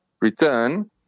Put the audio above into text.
return